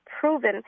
proven